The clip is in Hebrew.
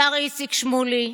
השר איציק שמולי,